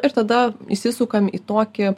ir tada įsisukamį tokį